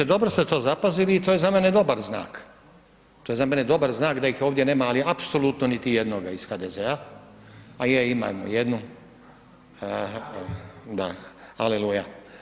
Pa vidite dobro ste to zapazili i to je za mene dobar znak, to je za mene dobar znak da ih ovdje nema ali apsolutno niti jednoga iz HDZ-a, a je imamo jednu da, aleluja.